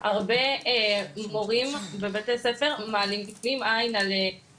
אנחנו מפעילים תוכנית התערבות ימית לנוער